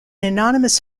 anonymous